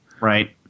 Right